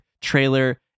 trailer